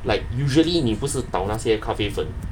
like usually 你不是倒那些咖啡粉